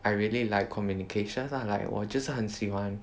I really like communications lah like 我就是很喜欢